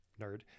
nerd